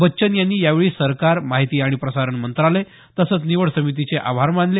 बच्चन यांनी यावेळी सरकार माहिती आणि प्रसारण मंत्रालय तसंच निवड समितीचे आभार मानले